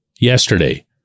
yesterday